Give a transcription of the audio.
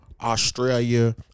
australia